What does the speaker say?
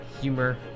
humor